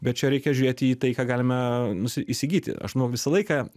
bet čia reikia žiūrėti į tai ką galime nusi įsigyti aš manau visą laiką